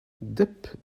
dip